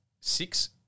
six